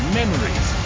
memories